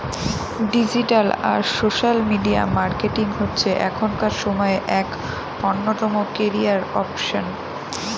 digital আর social media marketing হচ্ছে এখনকার সময়ে এক অন্যতম ক্যারিয়ার অপসন